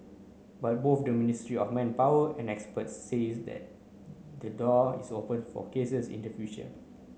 but both the Ministry of Manpower and experts says that the door is open for cases in the future